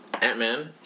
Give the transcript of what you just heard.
Ant-Man